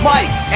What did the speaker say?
Mike